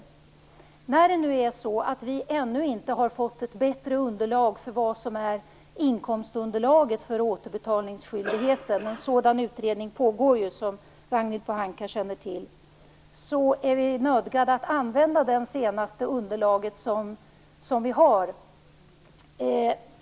Vi har ännu inte fått något bättre underlag för vad man skall betrakta som inkomstunderlag vad gäller återbetalningsskyldigheten. En sådan utredning pågår, som Ragnhild Pohanka känner till. Vi är nödgade att använda det senaste underlaget vi har.